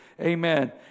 Amen